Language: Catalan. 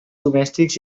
domèstics